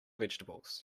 vegetables